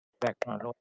background